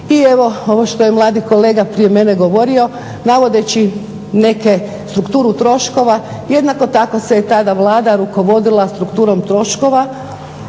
i evo ovo što je mladi kolega prije mene govorio navodeći neku strukturu troškova jednako tako se je tada Vlada rukovodila strukturom troškova.